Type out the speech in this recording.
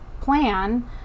plan